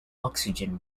oxygen